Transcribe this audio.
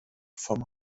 vom